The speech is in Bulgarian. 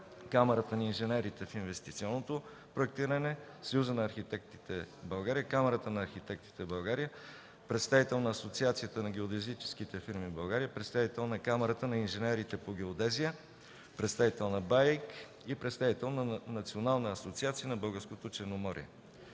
Камарата на инженерите в инвестиционното проектиране, Съюза на архитектите в България, Камарата на архитектите в България, представител на Асоциацията на геодезическите фирми в България, представител на Камарата на инженерите по геодезия, представител на БАИК (Българска асоциация на инженерите